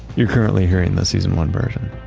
you're currently hearing the season one version.